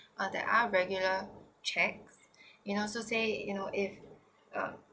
uh there are regular check you know so say you know if uh